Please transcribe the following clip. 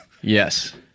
Yes